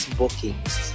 bookings